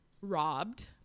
robbed